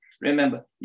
Remember